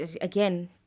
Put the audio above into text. again